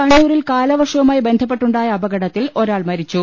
കണ്ണൂരിൽ കാലവർഷവുമായി ബന്ധ പ്പെട്ടുണ്ടായ അപകടത്തിൽ ഒരാൾ മരിച്ചു